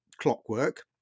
clockwork